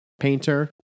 painter